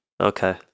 Okay